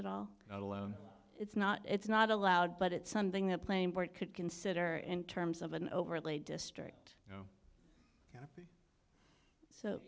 at all let alone it's not it's not allowed but it's something that plane board could consider in terms of an overlay district you know so